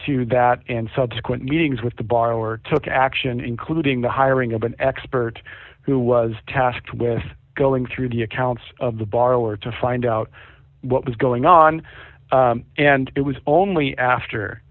to that and subsequent meetings with the borrower took action including the hiring of an expert who was tasked with going through the accounts of the borrower to find out what was going on and it was only after